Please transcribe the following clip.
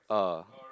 oh